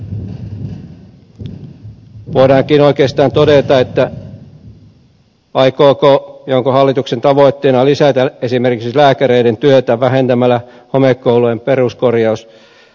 voidaankin oikeastaan kysyä aikooko hallitus ja onko hallituksen tavoitteena lisätä esimerkiksi lääkäreiden työtä vähentämällä homekoulujen peruskorjausrahoja